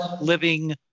living